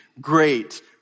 great